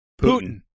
Putin